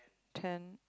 ten